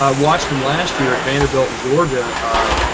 ah watch them last year at vanderbilt and georgia